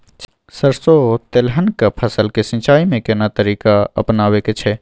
सरसो तेलहनक फसल के सिंचाई में केना तरीका अपनाबे के छै?